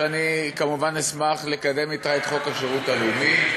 שאני כמובן אשמח לקדם אתה את חוק השירות הלאומי,